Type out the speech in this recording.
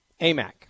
AMAC